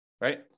Right